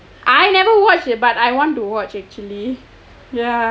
I never watch it but I want to watch actually ya